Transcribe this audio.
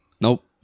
Nope